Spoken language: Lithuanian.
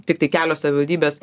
tiktai kelios savivaldybės